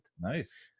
Nice